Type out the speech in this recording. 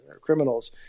criminals